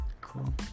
Cool